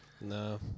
No